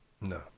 No